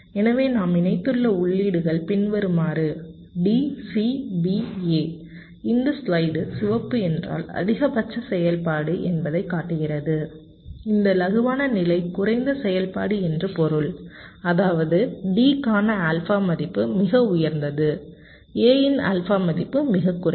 எனவே நாம் இணைத்துள்ள உள்ளீடுகள் பின்வருமாறு d c b a இந்த ஸ்லைடு சிவப்பு என்றால் அதிகபட்ச செயல்பாடு என்பதைக் காட்டுகிறது இந்த இலகுவான நிழல் குறைந்த செயல்பாடு என்று பொருள் அதாவது d கான ஆல்பா மதிப்பு மிக உயர்ந்தது a இன் ஆல்பா மதிப்பு மிகக் குறைவு